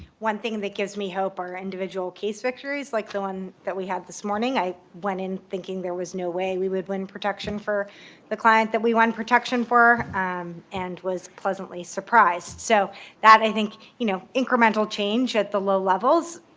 one thing that gives me hope are individual case victories, like the one that we had this morning. i went in thinking there was no way we would win protection for the client that we won protection for and was pleasantly surprised. so that, i think, you know incremental change at the low levels,